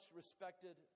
respected